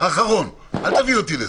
אל תביא אותי לזה.